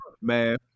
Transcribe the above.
man